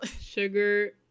Sugar